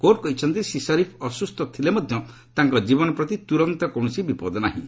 court କହିଛନ୍ତି ଶ୍ରୀ ଶରିଫ୍ ଅସୁସ୍ଥ ଥିଲେ ମଧ୍ୟ ତାଙ୍କ ଜୀବନ ପ୍ରତି ତୁରନ୍ତ କୌଣସି ବିପଦ ନାହିଁ